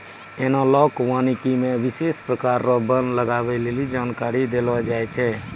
एनालाँक वानिकी मे विशेष प्रकार रो वन लगबै लेली जानकारी देलो जाय छै